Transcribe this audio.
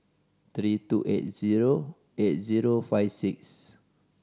three two eight zero eight zero five six